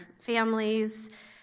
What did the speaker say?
families